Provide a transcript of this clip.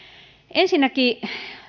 ensinnäkin